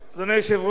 אדוני היושב-ראש,